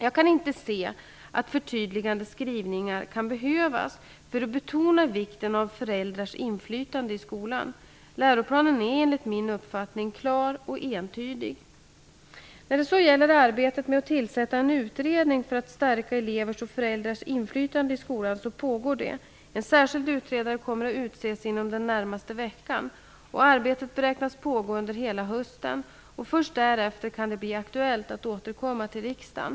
Jag kan inte se att förtydligande skrivningar kan behövas för att betona vikten av föräldrars inflytande i skolan. Läroplanen är enligt min uppfattning klar och entydig. Arbetet med att tillsätta en utredning för att stärka elevers och föräldrars inflytande i skolan pågår. En särskild utredare kommer att utses inom den närmaste veckan. Arbetet beräknas pågå under hela hösten. Först därefter kan det bli aktuellt att återkomma till riksdagen.